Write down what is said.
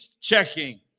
checking